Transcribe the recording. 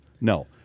no